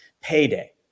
payday